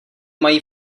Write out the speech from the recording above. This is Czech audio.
mají